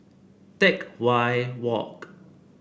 Teck Whye Walk